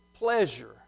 pleasure